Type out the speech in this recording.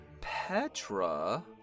Petra